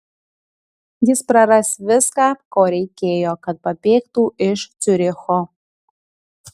jis praras viską ko reikėjo kad pabėgtų iš ciuricho